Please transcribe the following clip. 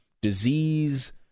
disease